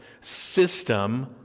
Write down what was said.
system